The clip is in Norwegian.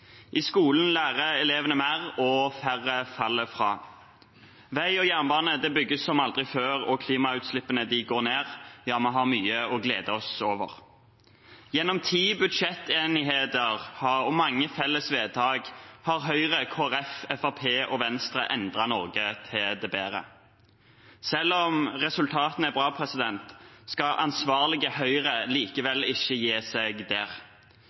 klimautslippene går ned. Ja, vi har mye å glede oss over. Gjennom ti budsjettenigheter og mange felles vedtak har Høyre, Kristelig Folkeparti, Fremskrittspartiet og Venstre endret Norge til det bedre. Selv om resultatene er bra, skal ansvarlige Høyre likevel ikke gi seg der.